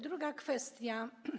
Druga kwestia.